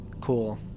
Cool